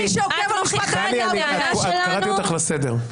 כל מי שעוקב --- טלי, קראתי אותך לסדר.